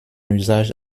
usage